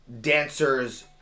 dancers